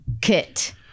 kit